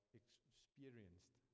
experienced